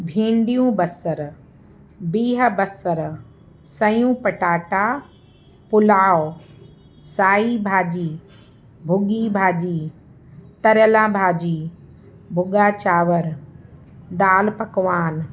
भिंडियूं बसर बिह बसर सयूं पटाटा पुलाव साई भाॼी भुॻी भाॼी तरियलां भाॼी भुॻा चांवर दाल पकवान